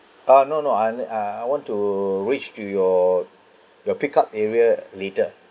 ah no no I need uh I want to reach to your your pick up area later